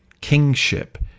kingship